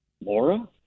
Laura